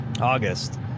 August